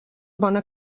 bona